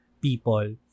people